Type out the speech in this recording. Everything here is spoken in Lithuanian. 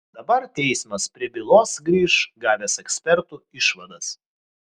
dabar teismas prie bylos grįš gavęs ekspertų išvadas